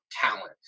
talent